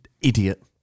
idiot